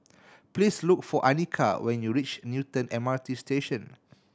please look for Anika when you reach Newton M R T Station